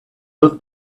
both